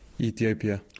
Ethiopia